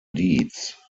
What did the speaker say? dietz